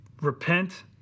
repent